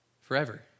forever